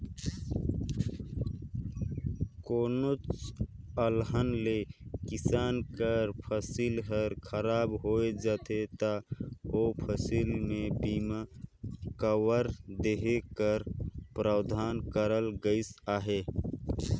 कोनोच अलहन ले किसान कर फसिल हर खराब होए जाथे ता ओ फसिल में बीमा कवर देहे कर परावधान करल गइस अहे